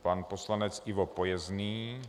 Pan poslanec Ivo Pojezný.